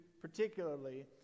particularly